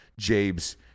Jabes